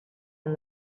and